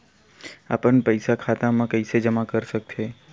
अपन पईसा खाता मा कइसे जमा कर थे?